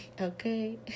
okay